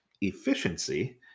efficiency